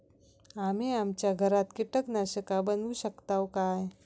आम्ही आमच्या घरात कीटकनाशका बनवू शकताव काय?